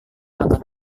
akan